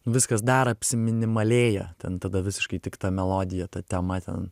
viskas dar apsiminimalėja ten tada visiškai tik ta melodija ta tema ten